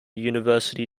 university